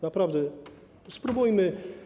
Naprawdę spróbujmy.